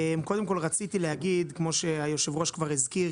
כמו שהיושב-ראש הזכיר,